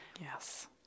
Yes